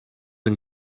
and